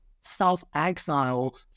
self-exile